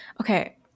Okay